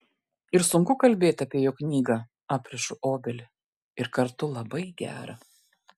ir sunku kalbėti apie jo knygą aprišu obelį ir kartu labai gera